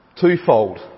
twofold